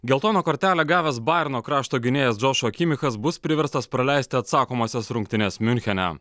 geltoną kortelę gavęs bajerno krašto gynėjas džošua chimikas bus priverstas praleisti atsakomąsias rungtynes miunchene